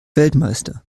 weltmeister